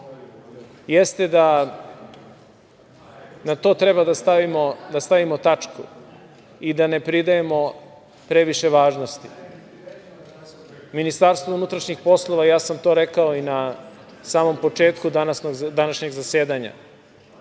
jeste da na to treba da stavimo tačku i da ne pridajemo previše važnosti. Ministarstvo unutrašnjih poslova, ja sam to rekao i na samom početku današnjeg zasedanja,